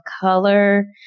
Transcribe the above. color